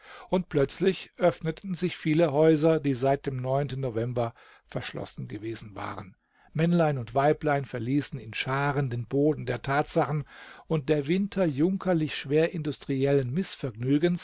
und plötzlich öffneten sich viele häuser die seit dem november verschlossen gewesen waren männlein und weiblein verließen in scharen den boden der tatsachen und der winter junkerlich-schwerindustriellen mißvergnügens